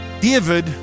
David